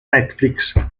netflix